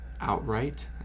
outright